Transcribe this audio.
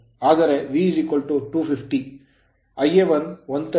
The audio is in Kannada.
ಆದರೆ V250 Ia1 130 ಮತ್ತು ra 0